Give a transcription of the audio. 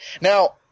Now